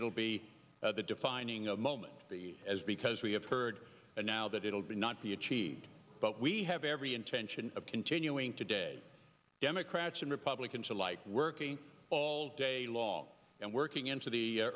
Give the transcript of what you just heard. will be the defining moment the as because we have heard now that it will be not be achieved but we have every intention of continuing today democrats and republicans alike working all day law and working into the